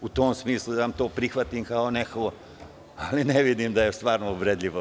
U tom smislu da vam prihvatim kao neku…, ali ne vidim da je toliko uvredljivo.